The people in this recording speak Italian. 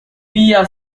via